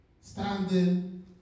standing